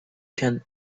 can